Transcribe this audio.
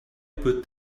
put